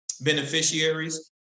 beneficiaries